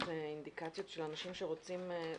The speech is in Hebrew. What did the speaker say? כאן ההוראות של סעיף